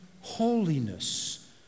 holiness